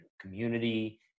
community